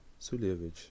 sulevich